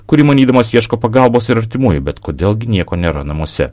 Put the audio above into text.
kur įmanydamas ieško pagalbos ir artimųjų bet kodėl gi nieko nėra namuose